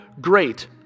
great